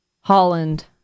Holland